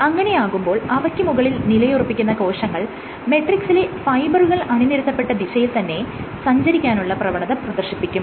അങ്ങനെയാകുമ്പോൾ അവയ്ക്ക് മുകളിൽ നിലയുറപ്പിക്കുന്ന കോശങ്ങൾ മെട്രിക്സിലെ ഫൈബറുകൾ അണിനിരത്തപ്പെട്ട ദിശയിൽ തന്നെ സഞ്ചരിക്കാനുള്ള പ്രവണത പ്രദർശിപ്പിക്കും